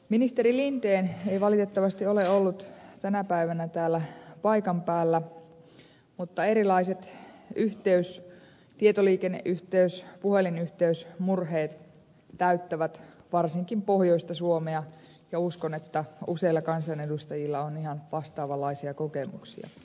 ministeri linden ei valitettavasti ole ollut tänä päivänä täällä paikan päällä mutta erilaiset tietoliikenneyhteys ja puhelinyhteysmurheet täyttävät varsinkin pohjoista suomea ja uskon että useilla kansanedustajilla on ihan vastaavanlaisia kokemuksia